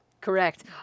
Correct